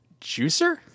Juicer